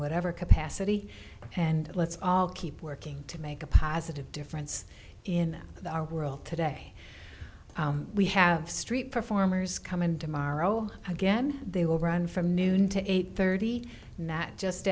whatever capacity and let's all keep working to make a positive difference in our world today we have street performers come in tomorrow again they will run from noon to eight thirty that just